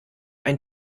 ein